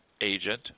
agent